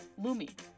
Lumi